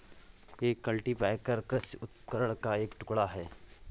एक कल्टीपैकर कृषि उपकरण का एक टुकड़ा है